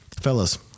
fellas